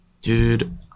dude